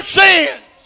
sins